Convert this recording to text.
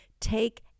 take